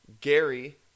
Gary